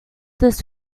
this